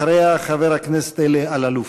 אחריה, חבר הכנסת אלי אלאלוף.